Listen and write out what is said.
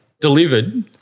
delivered